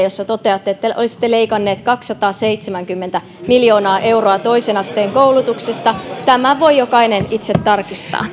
jossa toteatte että olisitte leikanneet kaksisataaseitsemänkymmentä miljoonaa euroa toisen asteen koulutuksesta tämän voi jokainen itse tarkistaa